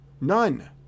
None